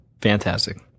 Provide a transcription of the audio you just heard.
fantastic